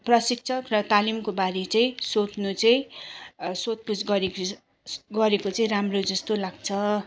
प्रशिक्षक र तालिमकोबारे चाहिँ सोध्नु चाहिँ सोधपुछ गरे गरेको चाहिँ राम्रो जस्तो लाग्छ